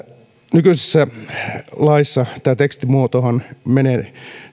nykyisessä laissa tämä tekstimuoto menee